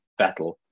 Vettel